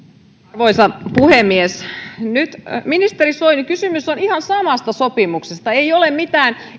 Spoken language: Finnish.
arvoisa puhemies nyt ministeri soini kysymys on ihan samasta sopimuksesta ei ole mitään